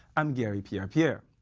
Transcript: i'm garry pierre-pierre.